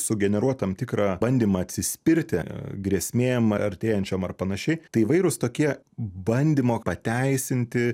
sugeneruot tam tikrą bandymą atsispirti grėsmėm artėjančiom ar panašiai tai įvairūs tokie bandymo pateisinti